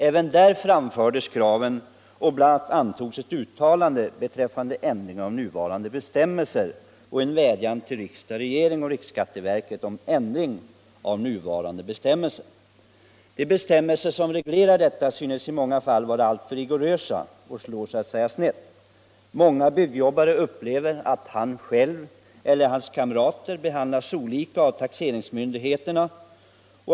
Även där framfördes kraven, och kongressen uttalade sig för en ändring av nuvarande bestämmelser samt riktade en vädjan därom till riksdag, regering och riksskatteverket. De bestämmelser som reglerar detta synes i många fall vara alltför rigorösa och slår så att säga snett. Många byggjobbare upplever att de behandlas olika av taxeringsmyndigheterna.